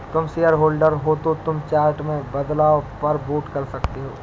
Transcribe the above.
तुम शेयरहोल्डर हो तो तुम चार्टर में बदलाव पर वोट कर सकते हो